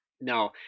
No